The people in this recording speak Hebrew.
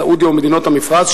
סעודיה ומדינות המפרץ,